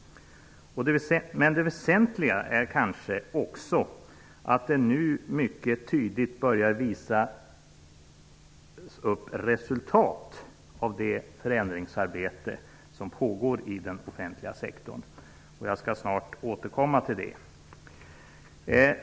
Det väsentliga är också att resultat av det förändringsarbete som pågår i den offentliga sektorn nu mycket tydligt börjar uppvisas. Jag återkommer snart till det.